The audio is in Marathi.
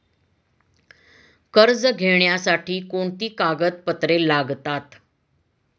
कर्ज घेण्यासाठी कोणती कागदपत्रे लागतात?